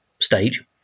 stage